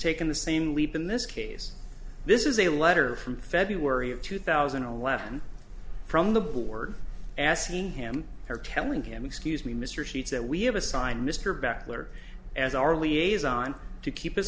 taken the same leap in this case this is a letter from february of two thousand and eleven from the board asking him her telling him excuse me mr sheets that we have assigned mr back to her as our liaison to keep us